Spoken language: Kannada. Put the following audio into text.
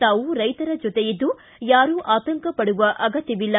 ತಾವು ರೈತರ ಜೊತೆಯಿದ್ದು ಯಾರು ಆತಂಕ ಪಡುವ ಅಗತ್ಯವಿಲ್ಲ